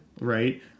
right